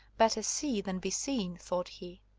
better see than be seen, thought he.